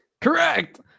Correct